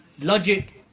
logic